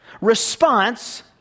response